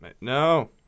no